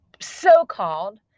so-called